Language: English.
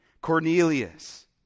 Cornelius